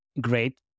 Great